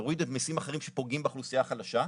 תוריד מיסים אחרים שפוגעים באוכלוסייה החלשה,